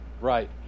Right